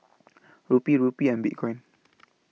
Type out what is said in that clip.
Rupee Rupee and Bitcoin